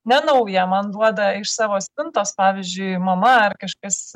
nenaują man duoda iš savo spintos pavyzdžiui mama ar kažkas